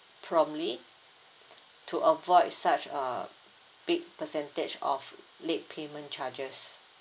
promptly to avoid such a big percentage of late payment charges